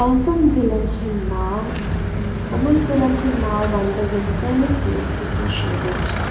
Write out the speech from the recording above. پانٛژَن ضِلعن ہٕنٛدۍ ناو تِمَن ضِلعن ہٕنٛدۍ ناو وَنہٕ بہٕ یِم سٲنِس رِیاستَس منٛز شٲمِل چھِ